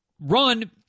run